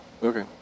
Okay